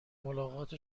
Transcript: ملاقات